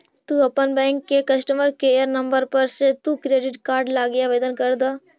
तु अपन बैंक के कस्टमर केयर नंबर पर से तु क्रेडिट कार्ड लागी आवेदन कर द